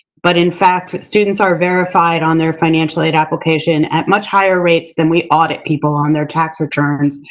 but in fact, students are verified on their financial aid application at much higher rates than we audit people on their tax returns,